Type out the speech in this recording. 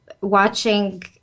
watching